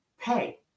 pay